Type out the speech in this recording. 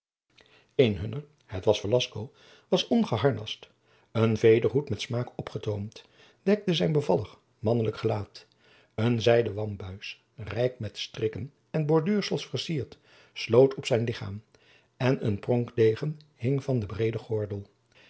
een hunner het was velasco was ongeharnasd een vederhoed met smaak opgetoomd dekte zijn bevallig manlijk gelaat een zijden wambuis rijk met strikken en borduursels vercierd sloot op zijn lichaam en een pronkdegen hing van den breeden gordel